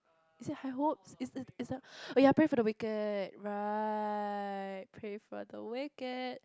is it High Hopes is is the oh ya Pray For the Wicked right Pray For the Wicked